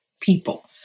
people